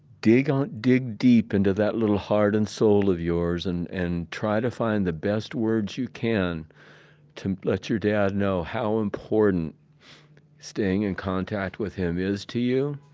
dig um dig deep into that little heart and soul of yours and, and try to find the best words you can to let your dad know how important staying in contact with him is to you,